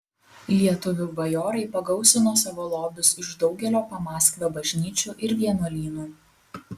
lietuvių bajorai pagausino savo lobius iš daugelio pamaskvio bažnyčių ir vienuolynų